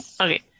Okay